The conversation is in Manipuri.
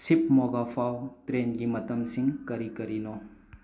ꯁꯤꯛꯃꯣꯒꯥ ꯐꯥꯎ ꯇ꯭ꯔꯦꯟꯒꯤ ꯃꯇꯝꯁꯤꯡ ꯀꯔꯤ ꯀꯔꯤꯅꯣ